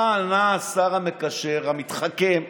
מה ענה השר המקשר, המתחכם?